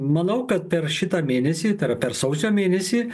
manau kad per šitą mėnesį tai yra per sausio mėnesį